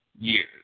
years